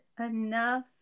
enough